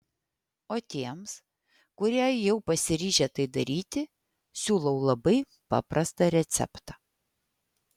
o tiems kurie jau pasiryžę tai daryti siūlau labai paprastą receptą